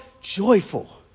joyful